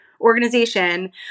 organization